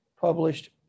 published